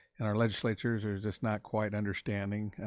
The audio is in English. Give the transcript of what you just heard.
and our legislators are just not quite understanding